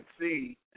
see